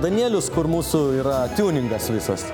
danielius kur mūsų yra tiuningas visas